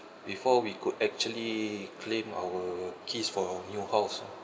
before we could actually claim our keys for our new house ah